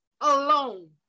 alone